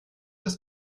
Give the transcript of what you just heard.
des